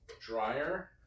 dryer